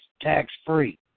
tax-free